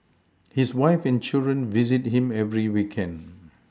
his wife and children visit him every weekend